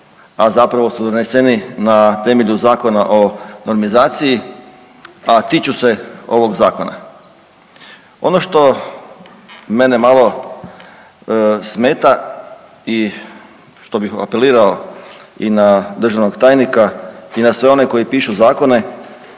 a zapravo su doneseni na temelju Zakona o normizaciji a tiču se ovog Zakona. Ono što mene malo smeta i što bih apelirao na državnog tajnika i na sve one koji pišu Zakone,